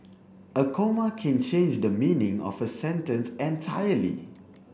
a comma can change the meaning of a sentence entirely